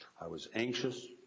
i was anxious,